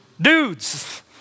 dudes